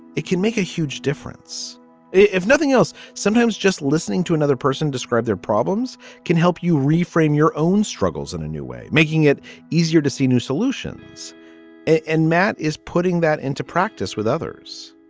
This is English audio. it can make a huge difference if nothing else. sometimes just listening to another person describe their problems can help you reframe your own struggles in a new way, making it easier to see new solutions and matt is putting that into practice with others